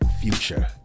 future